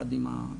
יחד עם המשרד,